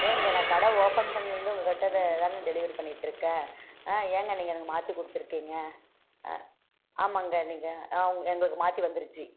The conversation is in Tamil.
ஏங்க நான் கடை ஓப்பன் பண்ணதுலேருந்து உங்கள் கிட்டே த தானே டெலிவரி பண்ணிக்கிட்டிருக்கேன் ஏங்க நீங்கள் எனக்கு மாற்றி கொடுத்துருக்கீங்க ஆமாங்க நீங்கள் எங்களது மாற்றி வந்துருச்சு